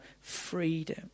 freedom